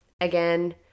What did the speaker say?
Again